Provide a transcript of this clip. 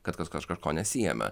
kad kažkas kažko nesiėmė